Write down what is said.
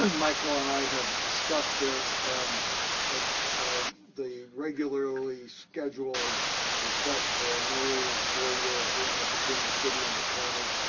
and michael and i have discussed this. and if the regularly scheduled request for a new four year agreement between the city and the county,